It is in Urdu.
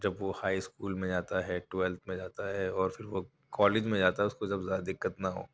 جب وہ ہائی اسکول میں جاتا ہے ٹویلتھ میں جاتا ہے اور پھر وہ کالج میں جاتا ہے اُس کو جب زیادہ دقت نہ ہو